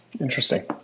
Interesting